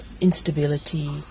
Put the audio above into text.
instability